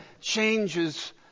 changes